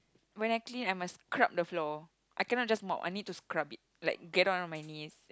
when I clean I must scrub the floor I cannot just mop I need to scrub it like get down on my knees